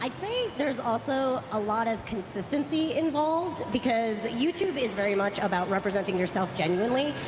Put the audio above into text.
i mean there is also a lot of consistency involved because youtube is very much about representing yourself genuinely.